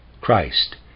Christ